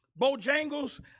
Bojangles